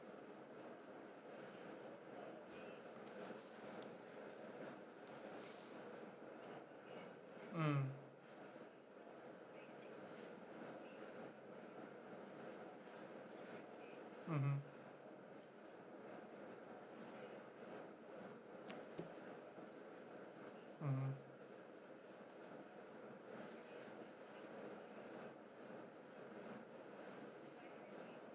mm mmhmm mmhmm